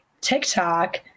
TikTok